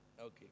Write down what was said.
Okay